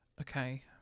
okay